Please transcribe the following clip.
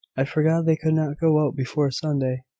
i forgot they could not go out before sunday.